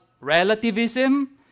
relativism